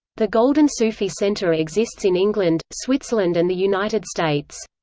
the golden sufi center exists in england, switzerland and the united states.